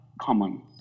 common